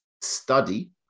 study